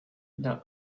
the